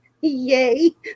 Yay